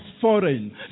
foreign